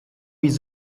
with